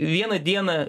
vieną dieną